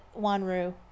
Wanru